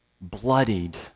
bloodied